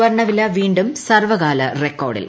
സ്വർണവില വീണ്ടും സർവ്കാല റെക്കോർഡിൽ